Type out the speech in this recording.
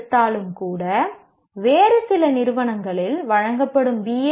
எடுத்தாலும் கூட வேறு சில நிறுவனங்களில் வழங்கப்படும் பி